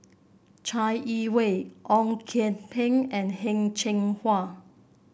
Chai Yee Wei Ong Kian Peng and Heng Cheng Hwa